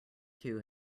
two